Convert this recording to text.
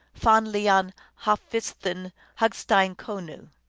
fann liann halfsvidthin hugstein konu,